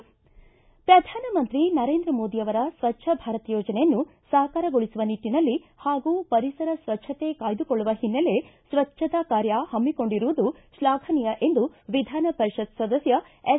ಪ್ರಧಾನಮಂತ್ರಿ ನರೇಂದ್ರ ಮೋದಿ ಅವರ ಸ್ವಜ್ವ ಭಾರತ ಯೋಜನೆಯನ್ನು ಸಾಕಾರಗೊಳಿಸುವ ನಿಟ್ಟನಲ್ಲಿ ಪಾಗೂ ಪರಿಸರ ಸ್ವಜ್ಜಕೆ ಕಾಯ್ದುಕೊಳ್ಳುವ ಹಿನ್ನೆಲೆ ಸ್ವಜ್ಜತಾ ಕಾರ್ಯ ಪಮ್ಮಿಕೊಂಡಿರುವುದು ಶ್ಲಾಘನೀಯ ಎಂದು ವಿಧಾನ ಪರಿಷತ್ ಸದಸ್ತ ಎಸ್